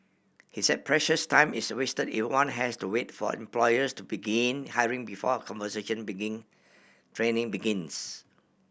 he said precious time is wasted if one has to wait for employers to begin hiring before conversion begin training begins